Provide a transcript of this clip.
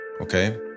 Okay